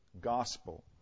gospel